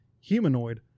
humanoid